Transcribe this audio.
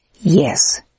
Yes